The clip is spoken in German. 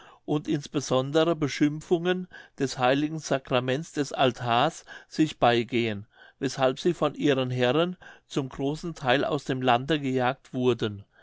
und insbesondere beschimpfungen des heiligen sacraments des altars sich beigehen weshalb sie von ihren herren zum großen theil aus dem lande gejagt wurden